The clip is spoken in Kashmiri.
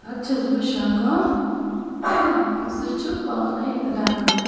پَتہٕ چھَس بہٕ شۄنٛگان سُہ چھ پانے رَنان